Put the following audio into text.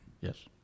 Yes